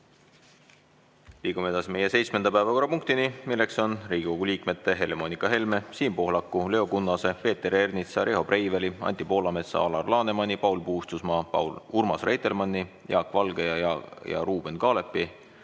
Liigume edasi meie seitsmenda päevakorrapunkti juurde. See on Riigikogu liikmete Helle‑Moonika Helme, Siim Pohlaku, Leo Kunnase, Peeter Ernitsa, Riho Breiveli, Anti Poolametsa, Alar Lanemani, Paul Puustusmaa, Urmas Reitelmanni, Jaak Valge ja Ruuben Kaalepi